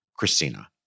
Christina